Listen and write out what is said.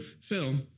Phil